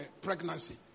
pregnancy